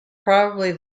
probably